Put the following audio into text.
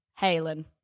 Halen